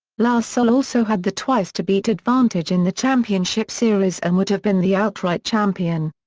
la salle also had the twice to beat advantage in the championship series and would have been the outright champion.